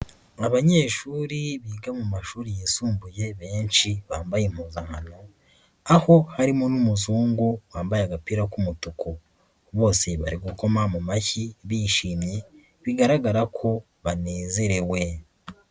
Abanyeshuri biga mu mashuri yisumbuye benshi bambaye impuzankano, aho harimo n'umuzungu wambaye agapira k'umutuku. Bose bari gukoma mu mashyi bishimye, bigaragara ko banezerewe.